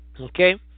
Okay